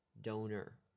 donor